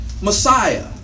Messiah